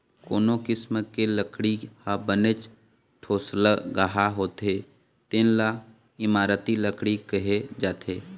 कोनो किसम के लकड़ी ह बनेच ठोसलगहा होथे तेन ल इमारती लकड़ी कहे जाथे